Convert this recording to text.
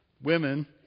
women